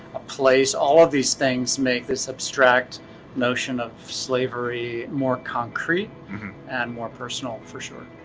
a place, all of these things make this abstract notion of slavery more concrete and more personal for sure.